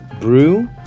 brew